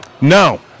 No